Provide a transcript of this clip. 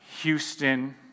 Houston